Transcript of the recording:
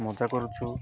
ମଜା କରୁଛୁ